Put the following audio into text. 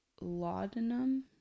laudanum